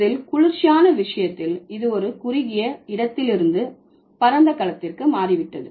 இதில் குளிர்ச்சியான விஷயத்தில் இது ஒரு குறுகிய இடத்திலிருந்து பரந்த களத்திற்கு மாறிவிட்டது